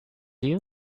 you